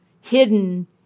hidden